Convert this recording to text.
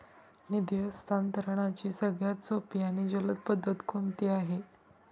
निधी हस्तांतरणाची सगळ्यात सोपी आणि जलद पद्धत कोणती आहे?